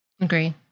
Agree